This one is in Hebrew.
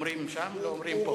שאומרים שם לא אומרים פה.